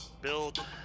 build